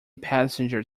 passenger